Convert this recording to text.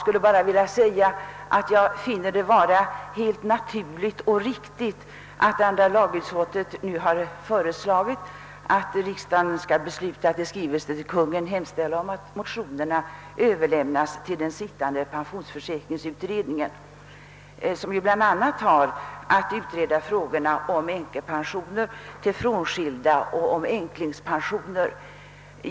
Herr talman! Jag finner det helt naturligt och riktigt att andra lagutskottet föreslår att riksdagen måtte i skrivelse till Kungl. Maj:t anhålla att de väckta motionerna överlämnas till pensionsförsäkringskommittén, som ju bl.a. har att utreda frågorna om änkepensioner till frånskilda och om änklingspensioner.